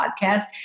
podcast